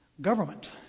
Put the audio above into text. Government